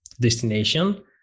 Destination